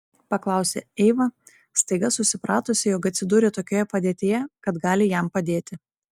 paklausė eiva staiga susipratusi jog atsidūrė tokioje padėtyje kad gali jam padėti